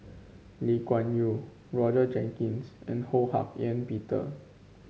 Lee Kuan Yew Roger Jenkins and Ho Hak Ean Peter